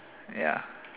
ya